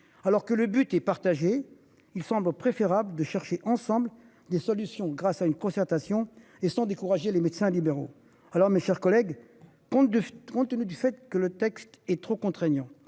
alors que le but est partagée, il semble préférable de chercher ensemble des solutions grâce à une concertation et sans décourager les médecins libéraux. Alors, mes chers collègues compte de 30 tenu du fait que le texte est trop contraignant